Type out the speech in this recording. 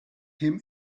him